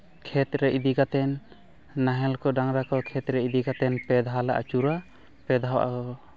ᱠᱷᱮᱛ ᱨᱮ ᱤᱫᱤ ᱠᱟᱛᱮ ᱱᱟᱦᱮᱞ ᱠᱚ ᱰᱟᱝᱨᱟ ᱠᱚ ᱠᱷᱮᱛ ᱨᱮ ᱤᱫᱤ ᱠᱟᱛᱮ ᱯᱮ ᱫᱷᱟᱣᱞᱮ ᱟᱹᱪᱩᱨᱟ ᱯᱮ ᱫᱷᱟᱣ